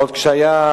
עוד כשהיה